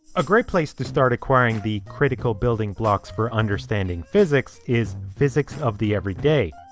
a great place to start acquiring the critical building blocks for understanding physics is physics of the everyday.